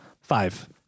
Five